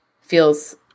feels